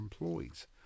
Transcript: employees